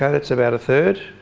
yeah that's about a third.